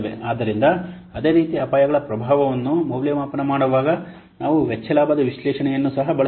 ಆದ್ದರಿಂದ ಅದೇ ರೀತಿ ಅಪಾಯಗಳ ಪ್ರಭಾವವನ್ನು ಮೌಲ್ಯಮಾಪನ ಮಾಡುವಾಗ ನಾವು ವೆಚ್ಚ ಲಾಭದ ವಿಶ್ಲೇಷಣೆಯನ್ನು ಸಹ ಬಳಸಬಹುದು